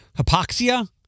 hypoxia